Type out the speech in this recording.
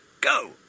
Go